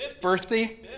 birthday